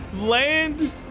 land